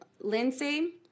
Lindsay